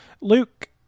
Luke